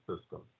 system